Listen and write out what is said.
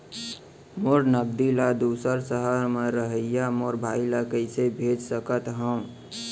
मोर नगदी ला दूसर सहर म रहइया मोर भाई ला कइसे भेज सकत हव?